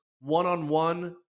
one-on-one